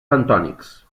bentònics